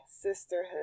sisterhood